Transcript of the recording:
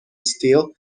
steel